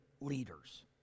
leaders